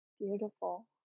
Beautiful